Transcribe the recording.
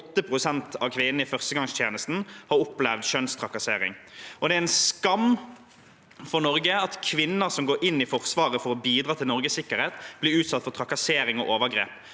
av kvinnene i førstegangstjenesten hadde opplevd kjønnstrakassering. Det er en skam for Norge at kvinner som går inn i Forsvaret for å bidra til Norges sikkerhet, blir utsatt for trakassering og overgrep.